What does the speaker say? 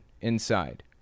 inside